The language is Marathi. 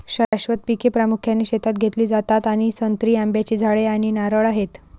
शाश्वत पिके प्रामुख्याने शेतात घेतली जातात आणि संत्री, आंब्याची झाडे आणि नारळ आहेत